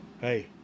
Hey